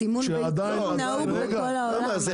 סימון ביצים נהוג בכל העולם.